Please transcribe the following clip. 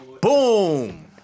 boom